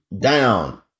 down